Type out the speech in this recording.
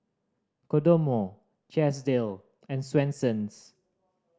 Kodomo Chesdale and Swensens